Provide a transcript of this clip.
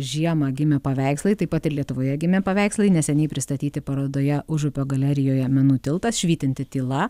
žiemą gimę paveikslai taip pat ir lietuvoje gimę paveikslai neseniai pristatyti parodoje užupio galerijoje menų tiltas švytinti tyla